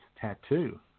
tattoo